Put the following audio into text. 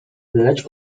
lecz